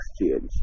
exchange